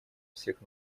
всех